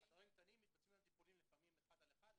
אלה חדרים קטנים שמתבצעים בהם טיפולים לפעמים אחד על אחד,